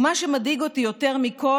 ומה שמדאיג אותי יותר מכול,